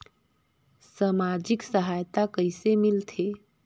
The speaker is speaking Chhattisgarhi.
समाजिक सहायता कइसे मिलथे?